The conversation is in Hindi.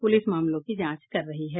पुलिस मामलों की जांच कर रही है